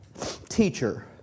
Teacher